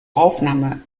aufnahme